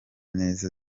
neza